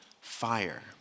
fire